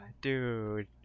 dude